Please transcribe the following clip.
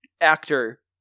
actor